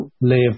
live